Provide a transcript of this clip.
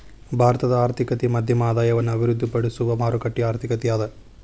ಭಾರತದ ಆರ್ಥಿಕತೆ ಮಧ್ಯಮ ಆದಾಯವನ್ನ ಅಭಿವೃದ್ಧಿಪಡಿಸುವ ಮಾರುಕಟ್ಟೆ ಆರ್ಥಿಕತೆ ಅದ